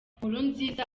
nkurunziza